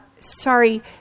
Sorry